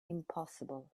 impossible